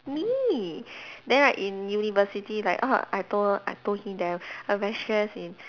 me then right in university like oh I told I told him that I I very stressed in